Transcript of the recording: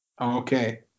Okay